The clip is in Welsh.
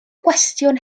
gwestiwn